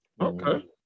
Okay